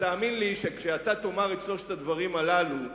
תאמין לי שכשאתה תאמר את שלושת הדברים הללו,